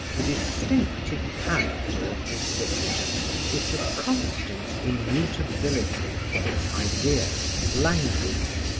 the distinctive character of this literature was the constant immutability of its ideas and language.